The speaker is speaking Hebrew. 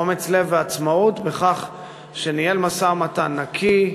אומץ לב ועצמאות בכך שניהל משא-ומתן נקי,